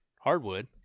hardwood